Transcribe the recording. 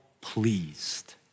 pleased